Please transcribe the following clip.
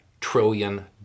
trillion